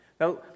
Now